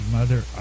Mother